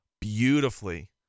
beautifully